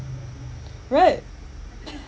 right